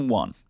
one